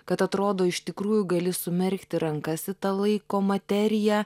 kad atrodo iš tikrųjų gali sumerkti rankas į tą laiko materiją